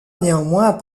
néanmoins